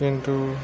কিন্তু